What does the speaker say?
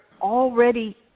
already